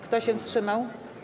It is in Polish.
Kto się wstrzymał?